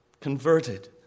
converted